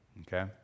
okay